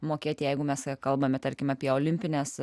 mokėti jeigu mes kalbame tarkim apie olimpines